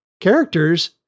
characters